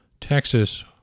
Texas